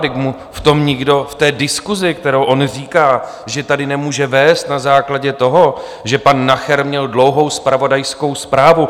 Vždyť mu v tom nikdo... v té diskusi, kterou on říká, že tady nemůže vést na základě toho, že pan Nacher měl dlouhou zpravodajskou zprávu...